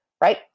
right